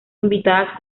invitadas